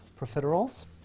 profiteroles